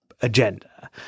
agenda